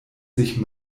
sich